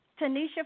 Tanisha